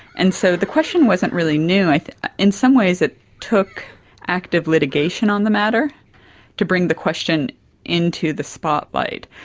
and so the question wasn't really new. in some ways it took active litigation on the matter to bring the question into the spotlight.